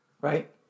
right